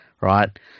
right